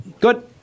Good